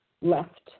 left